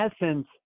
essence